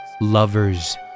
lovers